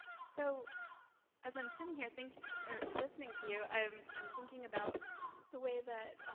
so as i'm sitting here thinking or listening to you, i'm i'm thinking about the way that